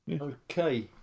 okay